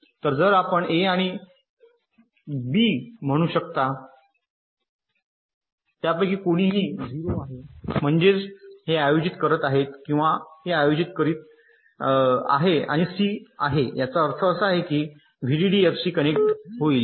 तर जर आपण ए आणि बी त्यापैकी कोणीही 0 आहे म्हणजेच हे आयोजित करत आहे किंवा हे आयोजित करीत आहे आणि सी आहे 0 याचा अर्थ असा आहे की व्हीडीडी एफ शी कनेक्ट होईल